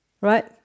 Right